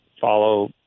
follow